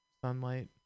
sunlight